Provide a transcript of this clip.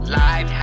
life